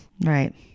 right